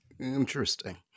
Interesting